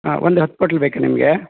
ಹಾಂ ಒಂದು ಹತ್ತು ಬಾಟ್ಲ್ ಬೇಕಾ ನಿಮಗೆ